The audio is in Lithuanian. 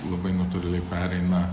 labai natūraliai pereina